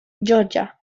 georgia